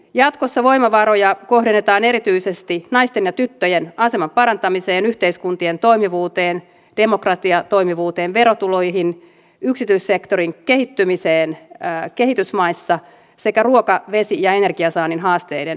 jatkossa voimavaroja kohdennetaan erityisesti naisten ja tyttöjen aseman parantamiseen ja yhteiskuntien toimivuuteen demokratian toimivuuteen verotuloihin yksityissektorin kehittymiseen kehitysmaissa sekä ruuan veden ja energian saannin haasteiden ratkomiseen